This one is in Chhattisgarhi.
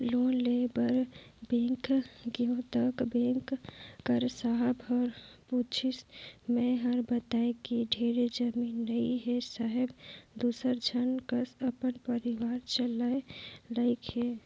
लोन लेय बर बेंक गेंव त बेंक कर साहब ह पूछिस मै हर बतायें कि ढेरे जमीन नइ हे साहेब दूसर झन कस अपन परिवार चलाय लाइक हे